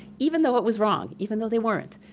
even though it was wrong, even though they weren't.